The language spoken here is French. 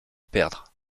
perdre